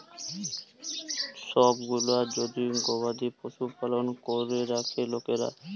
ছব গুলা যে গবাদি পশু পালল ক্যরে রাখ্যে লকরা